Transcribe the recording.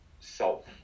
self